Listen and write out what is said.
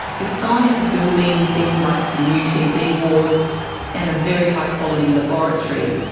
it's gone into building things like the new tb wards and a very high quality laboratory,